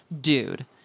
dude